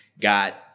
got